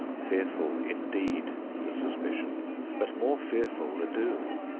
fearful indeed the suspicion but more fearful the doom!